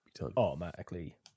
automatically